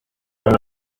ejo